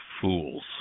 fools